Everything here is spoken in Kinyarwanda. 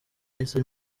yahise